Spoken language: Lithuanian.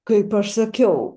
kaip aš sakiau